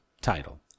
title